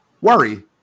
Worry